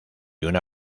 una